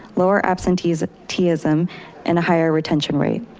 lower absenteeism absenteeism and a higher retention rate.